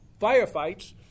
firefights